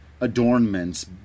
adornments